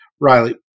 Riley